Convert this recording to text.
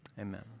Amen